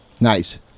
Nice